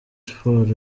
sports